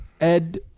Ed